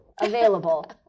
available